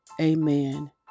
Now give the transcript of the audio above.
Amen